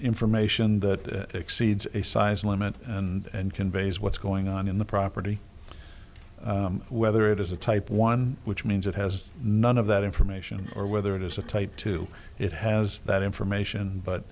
information that exceeds a size limit and conveys what's going on in the property whether it is a type one which means it has none of that information or whether it is a type two it has that information but